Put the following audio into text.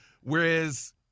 whereas